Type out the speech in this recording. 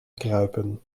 kruipen